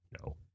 No